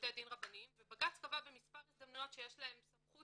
בתי דין רבניים ובג"צ קבע במספר הזדמנויות שיש להם סמכות